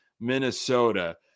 Minnesota